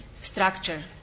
structure